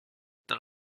dans